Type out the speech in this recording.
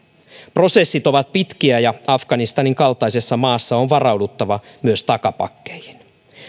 prosessit ovat pitkiä ja afganistanin kaltaisessa maassa on varauduttava myös takapakkeihin